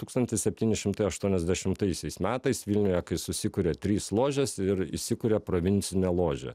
tūkstantis septyni šimtai aštuoniasdešimtaisiais metais vilniuje kai susikuria trys ložės ir įsikuria provincinė ložė